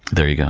there you go.